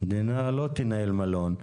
המדינה לא תנהל מלון.